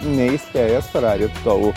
neįspėjęs ferrari atstovų